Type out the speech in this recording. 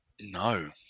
No